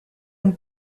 mon